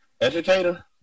Educator